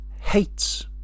hates